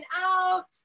out